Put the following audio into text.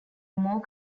more